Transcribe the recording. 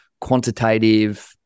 quantitative